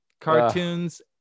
Cartoons